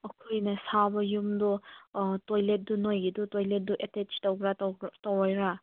ꯑꯩꯈꯣꯏꯅ ꯁꯥꯕ ꯌꯨꯝꯗꯣ ꯇꯣꯏꯂꯦꯠꯇꯨ ꯅꯣꯏꯒꯤꯗꯨ ꯇꯣꯏꯂꯦꯠꯇꯨ ꯑꯦꯇꯦꯁ ꯇꯧꯕ꯭ꯔꯥ ꯇꯧꯔꯣꯏꯔꯥ